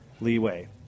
leeway